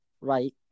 Right